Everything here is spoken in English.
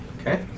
Okay